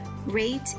rate